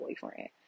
boyfriend